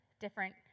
different